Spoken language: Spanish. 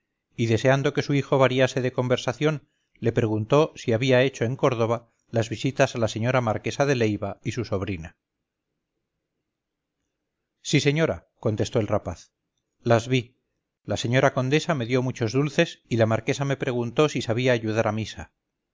y deseando que su hijo variase de conversación le preguntó si habíahecho en córdoba las visitas a la señora marquesa de leiva y su sobrina sí señora contestó el rapaz las vi la señora condesa me dio muchos dulces y la marquesa me preguntó si sabía ayudar a misa